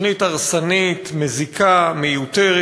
תוכנית הרסנית, מזיקה ומיותרת.